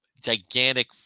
gigantic